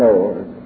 Lord